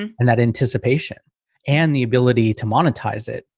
and and that anticipation and the ability to monetize it,